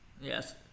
Yes